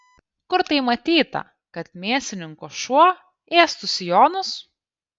kur tai matyta kad mėsininko šuo ėstų sijonus